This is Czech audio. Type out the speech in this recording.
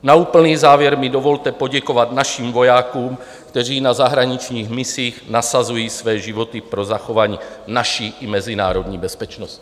Na úplný závěr mi dovolte poděkovat našim vojákům, kteří na zahraničních misích nasazují své životy pro zachování naší i mezinárodní bezpečnosti.